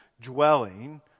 dwelling